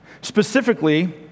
Specifically